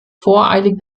voreilig